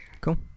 cool